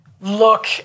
look